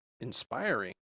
inspiring